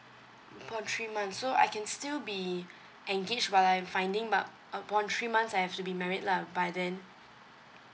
for three months so I can still be engaged while I'm finding but upon three months I have to be married lah by then